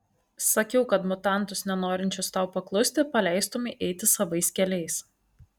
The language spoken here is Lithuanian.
sakiau kad mutantus nenorinčius tau paklusti paleistumei eiti savais keliais